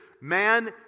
man